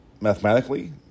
mathematically